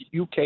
UK